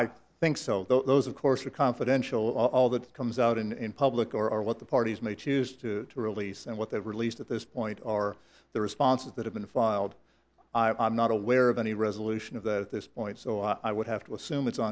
i think so those of course are confidential all that comes out in public are what the parties may choose to release and what they've released at this point are the responses that have been filed i'm not aware of any resolution of that at this point so i would have to assume it's